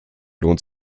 lohnt